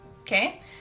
okay